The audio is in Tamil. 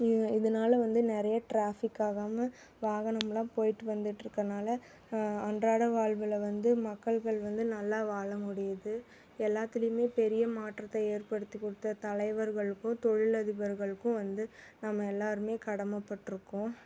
இ இதனால வந்து நிறைய ட்ராஃபிக் ஆகாமல் வாகனமெலாம் போய்விட்டு வந்துகிட்ருக்கனால அன்றாட வாழ்வுல வந்து மக்கள்கள் வந்து நல்லா வாழ முடியுது எல்லாத்துலேயுமே பெரிய மாற்றத்தை ஏற்படுத்தி கொடுத்த தலைவர்களுக்கும் தொழிலதிபர்களுக்கும் வந்து நம்ம எல்லாேருமே கடமைப்பட்ருக்கோம்